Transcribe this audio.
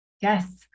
yes